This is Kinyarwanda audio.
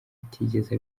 atigeze